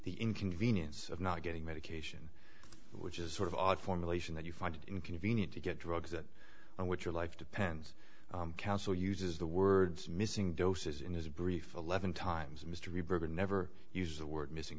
the inconvenience of not getting medication which is sort of odd formulation that you find it inconvenient to get drugs that and what your life depends counsel uses the words missing doses in his brief eleven times mr bieber never use the word missing